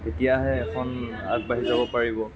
তেতিয়াহে এখন আগবাঢ়ি যাব পাৰিব